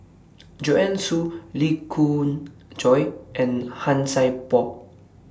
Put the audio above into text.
Joanne Soo Lee Khoon Choy and Han Sai Por